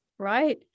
right